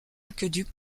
aqueduc